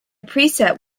preset